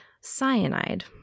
cyanide